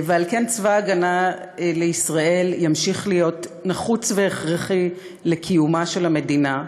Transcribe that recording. ועל כן צבא הגנה לישראל ימשיך להיות נחוץ והכרחי לקיומה של המדינה.